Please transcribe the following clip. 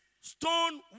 stone